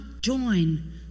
join